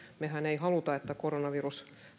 mehän emme halua että koronavirus